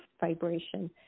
vibration